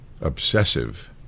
obsessive